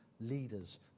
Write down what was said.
leaders